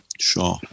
Sure